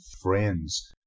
friends